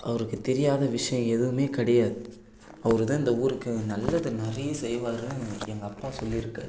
அவருக்கு தெரியாத விஷயம் எதுவுமே கிடையாது அவர் தான் இந்த ஊருக்கு நல்லது நிறைய செய்வாருன்னு எங்கள் அப்பா சொல்லிருக்காரு